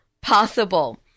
possible